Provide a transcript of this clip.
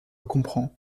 comprend